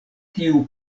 tiu